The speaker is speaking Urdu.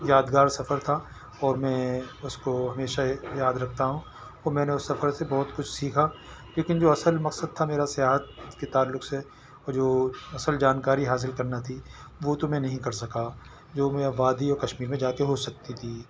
یادگار سفر تھا اور میں اس کو ہمیشہ یاد رکھتا ہوں اور میں نے اس سفر سے بہت کچھ سیکھا لیکن جو اصل مقصد تھا میرا صحت کے تعلق سے اور جو اصل جانکاری حاصل كرنا تھی وہ تو میں نہیں کر سکا جو میں وادی اور کشمیر میں جا کے ہو سکتی تھی